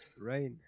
Right